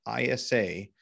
ISA